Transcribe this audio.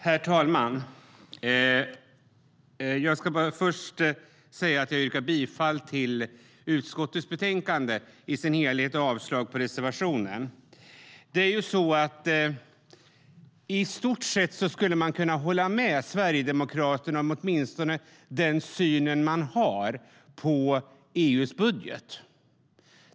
Herr talman! Först ska jag säga att jag yrkar bifall till utskottets förslag till beslut och avslag på reservationen. I stort sett skulle man kunna hålla med Sverigedemokraterna åtminstone om synen på EU:s budget.